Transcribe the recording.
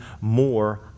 more